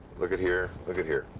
look at here, look at here.